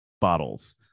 bottles